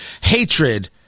hatred